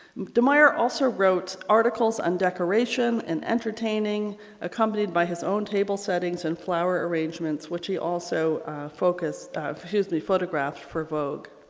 de meyer also wrote articles on decoration and entertaining accompanied by his own table settings and flower arrangements which he also focused hugely photographed for vogue.